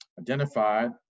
identified